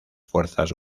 fuerzas